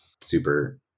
super